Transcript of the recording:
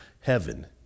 heaven